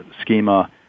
schema